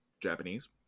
Japanese